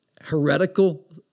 heretical